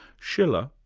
schiller,